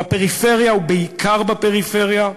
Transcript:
בפריפריה, ובעיקר בפריפריה,